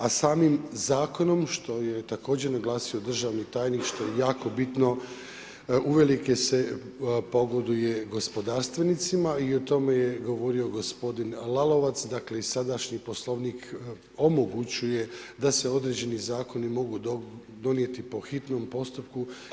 A samim zakonom što je također naglasio državni tajnik što je jako bitno uvelike se pogoduje gospodarstvenicima i o tome govorio gospodin Lalovac, dakle sadašnji Poslovnik omogućuje da se određeni zakoni mogu donijeti po hitnom postupku.